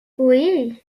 oui